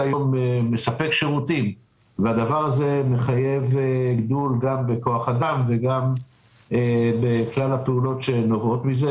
היום שירותים וזה מחייב גם גידול בכוח אדם וגם בכלל הפעולות שנובעות מזה,